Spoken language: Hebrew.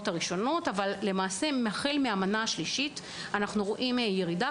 הראשונות והחל מהמנה השלישית אנחנו רואים ירידה.